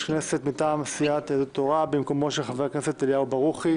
הכנסת מטעם סיעת יהדות התורה במקומו של חבר הכנסת אליהו ברוכי?